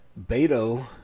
Beto